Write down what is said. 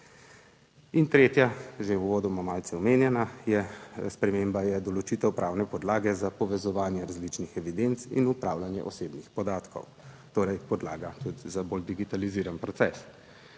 In tretja, že uvodoma malce omenjena, je sprememba, je določitev pravne podlage za povezovanje različnih evidenc in upravljanje osebnih podatkov, torej podlaga tudi za bolj digitaliziran proces.